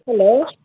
hello